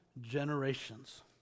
generations